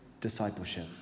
discipleship